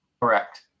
Correct